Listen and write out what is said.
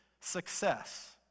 success